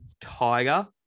Tiger